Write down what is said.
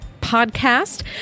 podcast